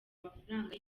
amafaranga